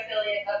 affiliate